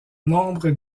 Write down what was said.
nombre